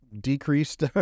decreased